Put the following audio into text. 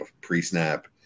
pre-snap